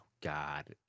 God